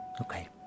Okay